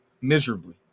miserably